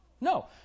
No